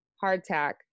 hardtack